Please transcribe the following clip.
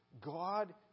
God